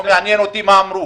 לא מעניין אותי מה אמרו.